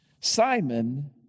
Simon